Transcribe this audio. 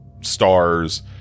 star's